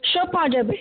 সব পাওয়া যাবে